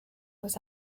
was